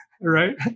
right